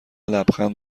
لبخند